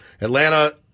Atlanta